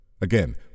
Again